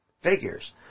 figures